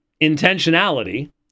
intentionality